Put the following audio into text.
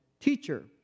Teacher